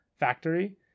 factory